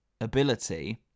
ability